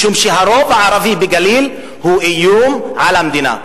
משום שהרוב הערבי בגליל הוא איום על המדינה.